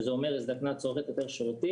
שזה אומר הזדקנה היא צורכת יותר שירותים.